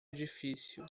edifício